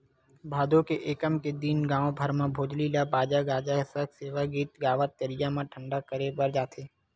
भादो के एकम के दिन गाँव भर म भोजली ल बाजा गाजा सग सेवा गीत गावत तरिया म ठंडा करे बर जाथे